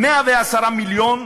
110 מיליון